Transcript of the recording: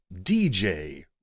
DJ